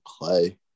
play